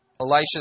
Elisha